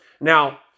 Now